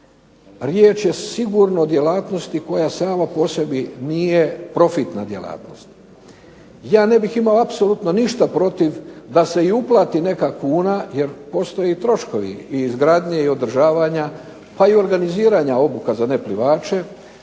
riječ je sigurno o djelatnosti koja sama po sebi nije profitna djelatnost. Ja ne bih imao apsolutno ništa protiv da se i uplati neka kuna, jer postoje troškovi i izgradnje i održavanja, pa i organiziranja obuka za neplivače,